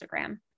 Instagram